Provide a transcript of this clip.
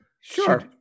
Sure